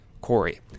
Corey